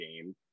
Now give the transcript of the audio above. game